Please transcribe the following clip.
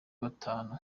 batanu